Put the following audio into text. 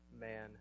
man